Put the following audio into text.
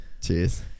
cheers